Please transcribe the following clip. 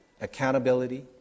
accountability